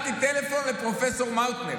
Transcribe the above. פרופ' מאוטנר,